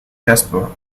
jasper